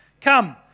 Come